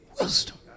wisdom